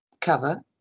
cover